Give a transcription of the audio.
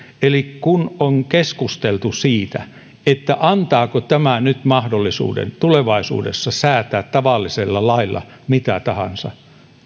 eli kun on keskusteltu siitä antaako tämä nyt mahdollisuuden tulevaisuudessa säätää tavallisella lailla mitä tahansa